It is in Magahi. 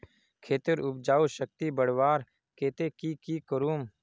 खेतेर उपजाऊ शक्ति बढ़वार केते की की करूम?